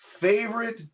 favorite